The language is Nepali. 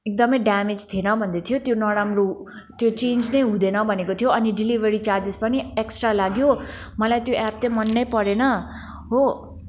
एकदमै ड्यामेज थिएन भन्दैथ्यो त्यो नराम्रो त्यो चेन्ज नै हुँदैन भनेको थियो अनि डेलिभरी चारजेस पनि एक्सट्रा लाग्यो मलाई त्यो एप्प चाहिँ मनै परेन हो